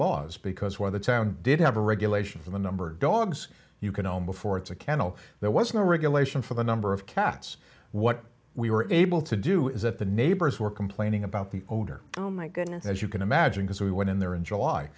laws because where the town did have a regulation for the number of dogs you can own before it's a kennel there was no regulation for the number of cats what we were able to do is that the neighbors were complaining about the odor oh my goodness as you can imagine because we went in there in july